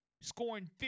scoring